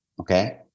okay